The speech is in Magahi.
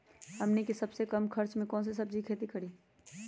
हमनी के सबसे कम खर्च में कौन से सब्जी के खेती करी?